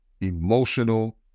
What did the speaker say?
emotional